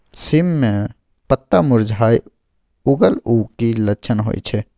सीम के पत्ता मुरझाय लगल उ कि लक्षण होय छै?